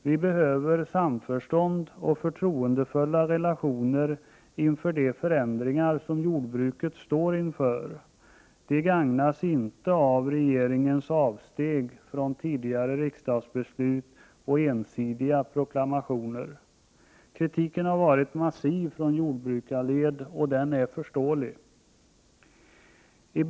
Vi behöver samförstånd och förtroendefulla relationer inför de förändringar som kommer att ske inom jordbruket. Jordbruket gagnas inte av regeringens ensidiga proklamationer och avsteg från riksdagsbeslut. Kritiken från jordbrukarled har varit massiv, och den kritiken är förståelig. Herr talman!